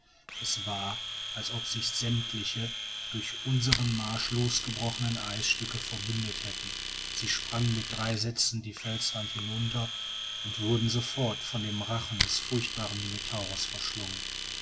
es war als ob sich sämmtliche durch unseren marsch losgebrochene eisstücke verbündet hätten sie sprangen mit drei sätzen die felswand hinunter und wurden sofort von dem rachen des furchtbaren minotaurus verschlungen